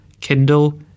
Kindle